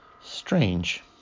Strange